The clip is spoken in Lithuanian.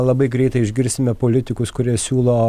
labai greitai išgirsime politikus kurie siūlo